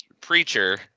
preacher